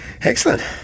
Excellent